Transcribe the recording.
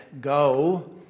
Go